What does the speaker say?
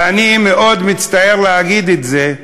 ואני מאוד מצטער להגיד את זה: